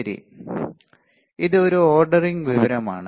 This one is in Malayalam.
ശരി ഇത് ഒരു ഓർഡറിംഗ് വിവരമാണ്